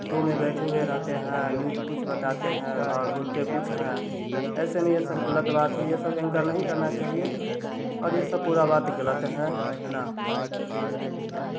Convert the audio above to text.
show में बैठे हुए रहते हैं न्यूज़ कुछ बताते हैं और बोलते कुछ हैं ऐसे में ये सब गलत बात है ये सब इनको नहीं करना चाहिए और ये सब पूरा बात गलत है हैना ठीक है